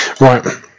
Right